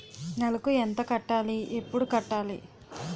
నెలకు ఎంత కట్టాలి? ఎప్పుడు కట్టాలి?